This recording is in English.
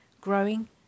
growing